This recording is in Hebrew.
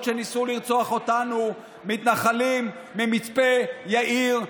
כשניסו לרצוח אותנו מתנחלים ממצפה יאיר.